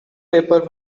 paper